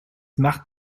macht